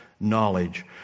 knowledge